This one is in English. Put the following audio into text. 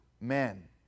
men